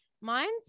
Mine's